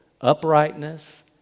uprightness